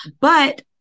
but-